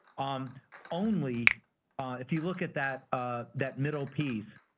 um only if you look at that ah that middle piece,